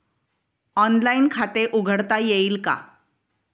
Online खाते उघडता येईल का?